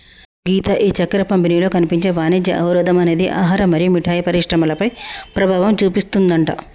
గీత ఈ చక్కెర పంపిణీలో కనిపించే వాణిజ్య అవరోధం అనేది ఆహారం మరియు మిఠాయి పరిశ్రమలపై ప్రభావం చూపిస్తుందట